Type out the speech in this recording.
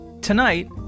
Tonight